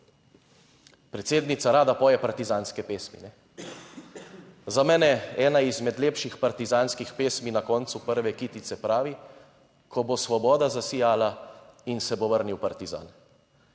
predsednica rada poje partizanske pesmi. Za mene ena izmed lepših partizanskih pesmi na koncu prve kitice pravi: ko bo svoboda zasijala in se bo vrnil partizan.